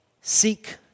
seek